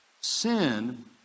Sin